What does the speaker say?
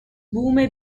بوم